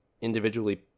individually